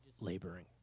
laboring